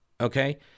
okay